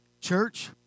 Church